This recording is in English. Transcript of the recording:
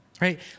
right